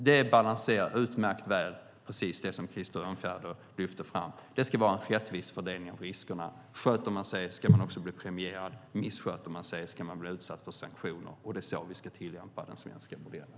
Det balanserar utmärkt väl precis det som Krister Örnfjäder lyfter fram. Det ska vara en rättvis fördelning av riskerna. Sköter man sig ska man också bli premierad. Missköter man sig ska man bli utsatt för sanktioner. Det är så vi ska tillämpa den svenska modellen.